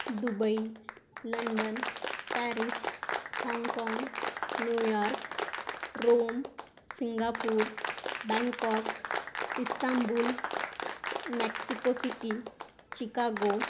Dubai London Paris Hong Kong New York Rome Singapore Bangkok Istanbul Mexico city Chicago